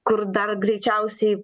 kur dar greičiausiai